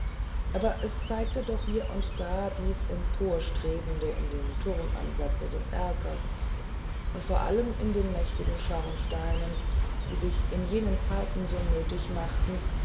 aber es zeigte doch hier und da dies emporstreben in dem turmansatze des erkers und vor allem in den mächtigen schornsteinen die sich in jenen zeiten so nötig machten